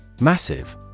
Massive